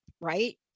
right